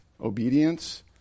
Obedience